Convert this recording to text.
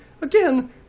Again